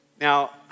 Now